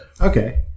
Okay